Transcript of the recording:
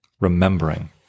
remembering